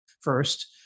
first